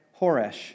Horesh